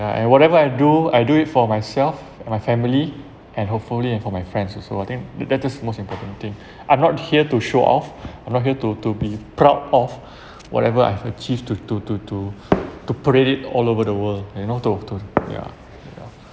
ya and whatever I do I do it for myself and my family and hopefully and for my friends also I think that that that's most important thing I'm not here to show off I'm not here to to be proud of whatever I've achieved to to to to to parade it all over the world you know to to ya ya